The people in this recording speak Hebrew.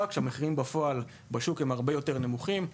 כשהמחירים בשוק בפועל הם הרבה יותר נמוכים.